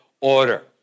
order